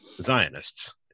zionists